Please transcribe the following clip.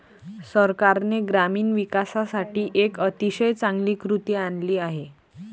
सरकारने ग्रामीण विकासासाठी एक अतिशय चांगली कृती आणली आहे